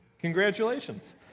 Congratulations